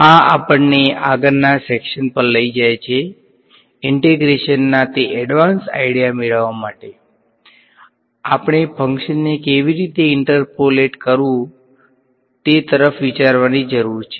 આ આપણને આગળના સેક્શન પર લઈ જાય છે ઈંટેગ્રેશનના તે એડવાંન્સ આઈડીયા મેળવવા માટે આપણે ફંક્શન ને કેવી રીતે ઇન્ટરપોલેટ કરવું તે તરફ વિચારવાની જરૂર છે